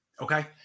Okay